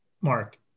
Mark